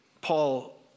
Paul